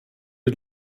die